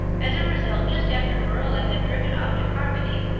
as a result just after marilla had driven off to carmody,